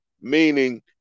meaning